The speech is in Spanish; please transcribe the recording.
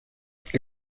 que